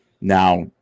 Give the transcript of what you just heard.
Now